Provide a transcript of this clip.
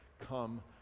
come